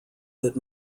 that